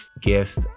guest